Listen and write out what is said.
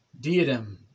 diadem